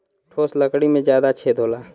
ठोस लकड़ी में जादा छेद होला